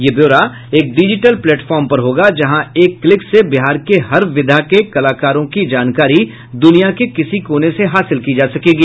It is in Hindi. यह ब्यौरा एक डिजिटल प्लेटफार्म पर होगा जहां एक क्लिक से बिहार के हर विधा के कलाकार की जानकारी द्रनिया के किसी कोने से हासिल की जा सकेगी